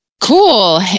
cool